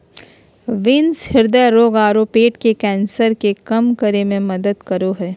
beans हृदय रोग आरो पेट के कैंसर के कम करे में मदद करो हइ